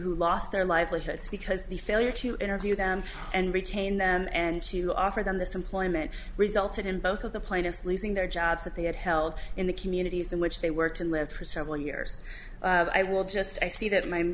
who lost their livelihoods because the failure to interview them and retain them and she will offer them this employment resulted in both of the plaintiffs losing their jobs that they had held in the communities in which they worked and lived for several years i will just i see that my